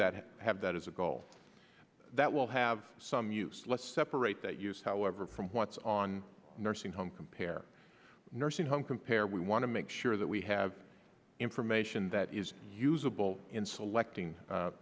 that have that as a goal that will have some use let's separate that use however from what's on nursing home compare nursing home compare we want to make sure that we have information that is usable in selecting a